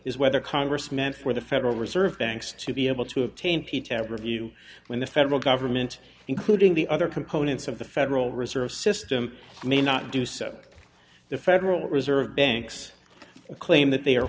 is whether congress meant for the federal reserve banks to be able to obtain p tab review when the federal government including the other components of the federal reserve system may not do so the federal reserve banks a claim that they are